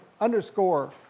underscore